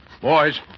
Boys